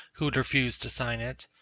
who had refused to sign it.